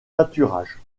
pâturages